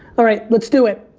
alright let's do it,